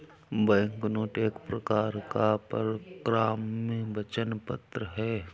banknote एक प्रकार का परक्राम्य वचन पत्र है